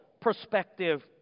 perspective